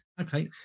Okay